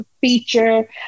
feature